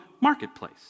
marketplace